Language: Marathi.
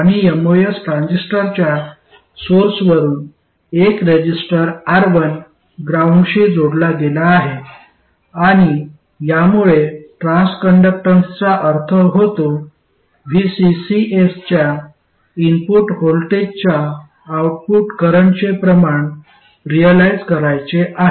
आणि एमओएस ट्रान्झिस्टरच्या सोर्सवरून एक रेझिस्टर R1 ग्राउंडशी जोडला गेला आहे आणि यामुळे ट्रान्सकंडक्टन्सचा अर्थ होतो व्ही सी सी एसच्या इनपुट व्होल्टेजच्या आउटपुट करंटचे प्रमाण रिअलाईझ करायचे आहे